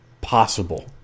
possible